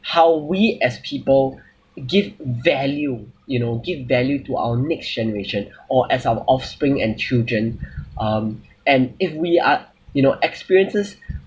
how we as people give value you know give value to our next generation or as our offspring and children um and if we are you know experiences